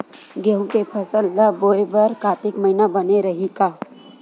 गेहूं के फसल ल बोय बर कातिक महिना बने रहि का?